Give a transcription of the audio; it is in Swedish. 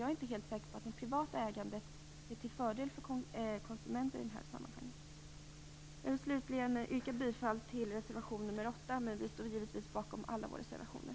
Jag är inte helt säker på att det privata ägandet är till fördel för konsumenterna i det här sammanhanget. Jag vill slutligen yrka bifall till reservation nr 8, men vi står givetvis bakom alla våra reservationer.